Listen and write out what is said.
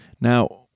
Now